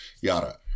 Yada